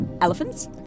Elephants